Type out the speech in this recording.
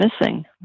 missing